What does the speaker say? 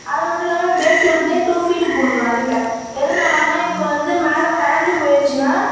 அது மட்டுமில்லாம பேஸ்மெண்ட்டே டூ ஃபீட்டுக்கு போட்டிருக்கோம் அடியில் எதனாலன்னா இப்போ வந்து மேலே பறந்து போயிடுச்சுன்னா